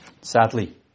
sadly